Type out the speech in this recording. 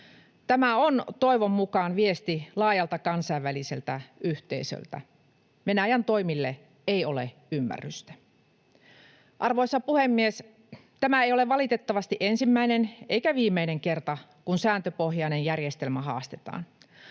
Tämä on toivon mukaan viesti laajalta kansainväliseltä yhteisöltä: Venäjän toimille ei ole ymmärrystä. Arvoisa puhemies! Tämä ei ole valitettavasti ensimmäinen eikä viimeinen kerta, kun sääntöpohjainen järjestelmä haastetaan.